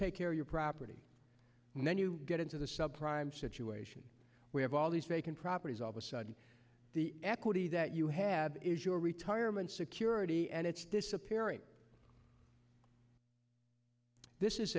take care of your property and then you get into the sub prime situation we have all these vacant properties all the sudden the equity that you have is your retirement security and it's disappearing this is